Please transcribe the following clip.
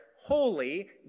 holy